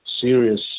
serious